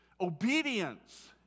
Obedience